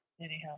Anyhow